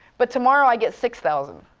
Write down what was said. but tomorrow i get six thousand.